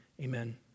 Amen